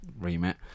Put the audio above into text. remit